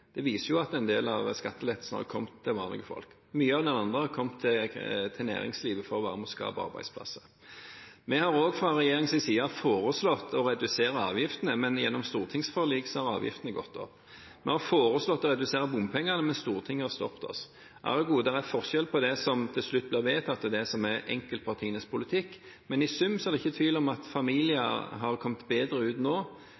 Det viser at en del av skattelettelsene har kommet til vanlige folk. Mye av det andre har kommet til næringslivet for å være med og skape arbeidsplasser. Vi har også fra regjeringens side foreslått å redusere avgiftene, men gjennom stortingsforlik har avgiftene gått opp. Vi har foreslått å redusere bompengene, men Stortinget har stoppet oss. Ergo er det forskjell på det som til slutt blir vedtatt, og det som er enkeltpartienes politikk. Men i sum er det ikke tvil om at familier har kommet bedre ut nå